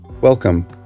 Welcome